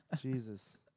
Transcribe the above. Jesus